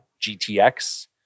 GTX